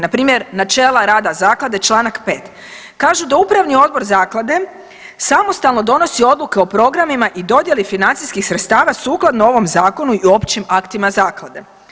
Npr. načela rada zaklade Članak 5., kažu da upravni odbor zaklade samostalno donosi odluke o programima i dodjeli financijskih sredstava sukladno ovom zakonu i općim aktima zaklade.